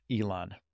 Elon